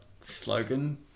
slogan